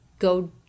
Go